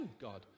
God